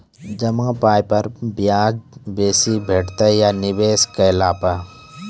जमा पाय पर ब्याज बेसी भेटतै या निवेश केला पर?